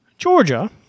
Georgia